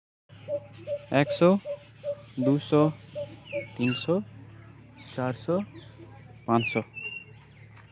ᱮᱠᱥᱚ ᱫᱩᱥᱚ ᱛᱤᱱᱥᱚ ᱪᱟᱨᱥᱚ ᱯᱟᱸᱪᱥᱚ